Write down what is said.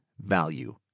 value